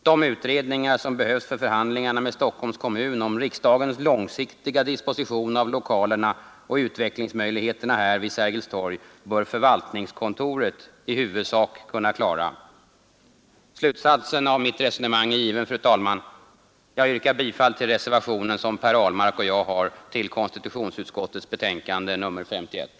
De utredningar som behövs för förhandlingarna med Stockholms kommun om riksdagens långsiktiga disposition av lokalerna och utvecklingsmöjligheterna här vid Sergels torg bör förvaltningskontoret i huvudsak kunna klara. Slutsatsen av mitt resonemang är given, fru talman. Jag yrkar bifall till reservationen som Per Ahlmark och jag har avgivit till konstitutionsutskottets betänkande nr 51.